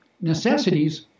necessities